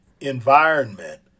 environment